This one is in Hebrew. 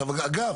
אגב,